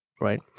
right